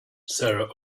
sarah